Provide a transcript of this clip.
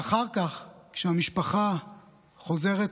ואחר כך, כשהמשפחה חוזרת לחיים,